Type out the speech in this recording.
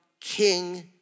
king